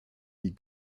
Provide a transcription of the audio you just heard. die